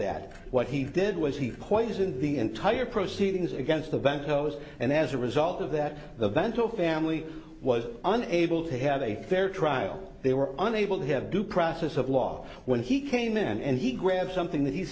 that what he did was he poisoned the entire proceedings against the broncos and as a result of that the vento family was unable to have a fair trial they were unable to have due process of law when he came in and he grabs something that he